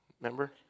remember